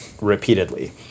repeatedly